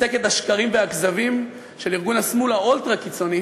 מצגת השקרים והכזבים של ארגון השמאל האולטרה-קיצוני,